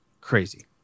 crazy